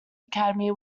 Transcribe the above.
academy